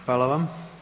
Hvala vam.